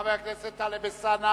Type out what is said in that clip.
אחרון המציעים הוא חבר הכנסת טלב אלסאנע.